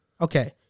Okay